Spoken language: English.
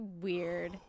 weird